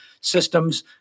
systems